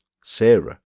sarah